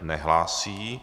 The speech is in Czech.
Nehlásí.